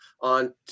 on